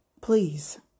Please